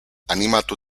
animatu